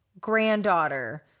granddaughter